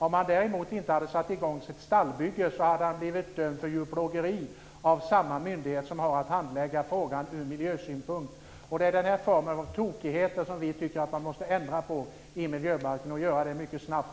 Om han däremot inte hade satt i gång sitt stallbygge hade han blivit dömd för djurplågeri av samma myndighet som har att handlägga frågan ur miljösynpunkt. Det är den formen av tokigheter som vi tycker att man måste ändra på i miljöbalken - och göra det mycket snabbt.